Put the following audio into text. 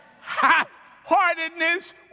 half-heartedness